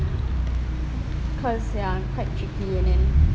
cause ya I'm quite cheeky and then